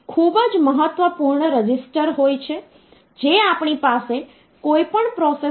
તેથી તે 4 ગુણ્યાં બેઝ 10 છે અને ઘાત n છે અહીં n ની કિંમત 3 બરાબર છે